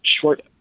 short